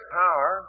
power